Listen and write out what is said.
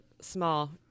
small